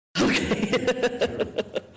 Okay